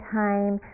time